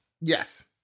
Yes